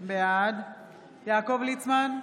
בעד יעקב ליצמן,